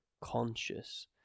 conscious